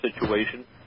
situation